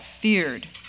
feared